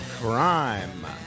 Crime